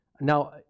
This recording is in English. Now